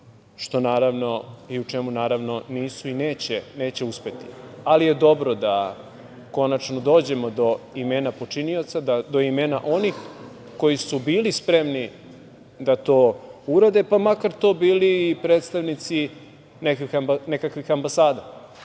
što naravno i u čemu neće uspeti, ali je dobro da konačno dođemo do imena počinioca, do imena onih koji su bili spremni da to urade, pa makar to bili i predstavnici nekakvih ambasada,